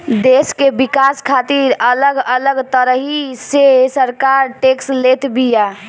देस के विकास खातिर अलग अलग तरही से सरकार टेक्स लेत बिया